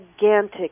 gigantic